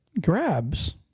grabs